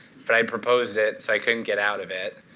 but i proposed it, so i couldn't get out of it.